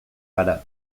gara